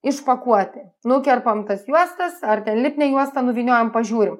išpakuoti nukerpam tas juostas ar ten lipnią juostą nuvyniojam pažiūrim